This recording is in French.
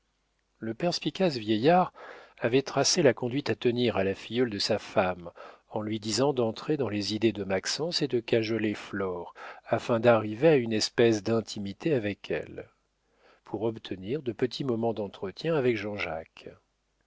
le perspicace vieillard avait tracé la conduite à tenir à la filleule de sa femme en lui disant d'entrer dans les idées de maxence et de cajoler flore afin d'arriver à une espèce d'intimité avec elle pour obtenir de petits moments d'entretien avec jean-jacques